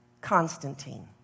Constantine